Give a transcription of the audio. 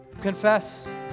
confess